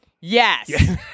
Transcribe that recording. Yes